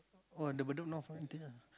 oh the Bedok North one ah